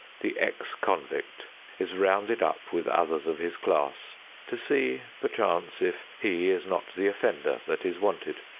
the ex-convict is rounded up with others of his class to see, perchance, if he is not the offender that is wanted.